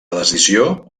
decisió